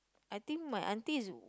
I think my auntie is w~